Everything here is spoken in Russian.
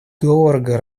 дорого